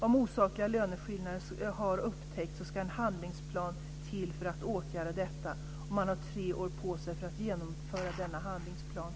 Om osakliga löneskillnader har upptäckts ska en handlingsplan upprättas för att åtgärda detta, och man har tre år på sig för att genomföra denna handlingsplan.